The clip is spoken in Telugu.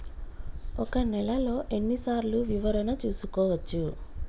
ఒక నెలలో ఎన్ని సార్లు వివరణ చూసుకోవచ్చు?